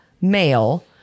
male